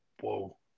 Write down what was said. Whoa